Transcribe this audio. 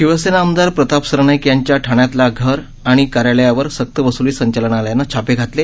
शिवसेना आमदार प्रताप सरनाईक यांच्या ठाण्यातल्या घर आणि कार्यालयावर संक्तवसुली संचालनालयानं छापे घातले